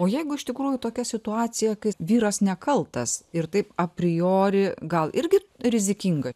o jeigu iš tikrųjų tokia situacija kai vyras nekaltas ir taip apriori gal irgi rizikinga